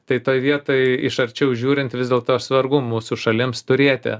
tai toj vietoj iš arčiau žiūrint vis dėlto svarbu mūsų šalims turėti